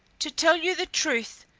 to tell you the truth,